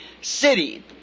city